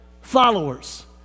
followers